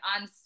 on